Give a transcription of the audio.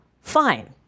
Fine